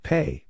Pay